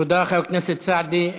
תודה, חבר הכנסת סעדי.